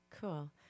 cool